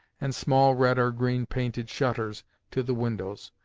and small red or green painted shutters to the windows,